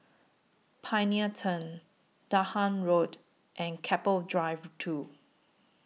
Pioneer Turn Dahan Road and Keppel Drive two